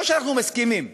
לא שאנחנו מסכימים,